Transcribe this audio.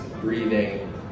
breathing